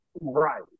Right